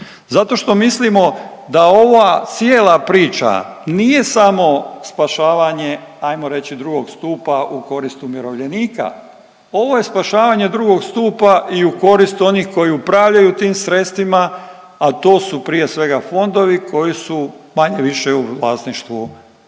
Zato što mislimo da ova cijela priča nije samo spašavanje hajmo reći drugog stupa u korist umirovljenika. Ovo je spašavanje drugog stupa i u korist onih koji upravljaju tim sredstvima, a to su prije svega fondovi koji su manje-više u vlasništvu